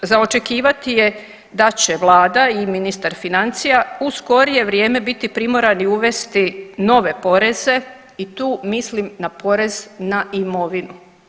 Za očekivati je da će vlada i ministar financija u skorije vrijeme biti primorani uvesti nove poreze i tu mislim na porez na imovinu.